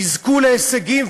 יזכו להישגים,